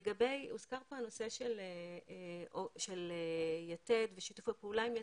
הוזכר פה הנושא של יתד ושיתוף הפעולה עם יתד.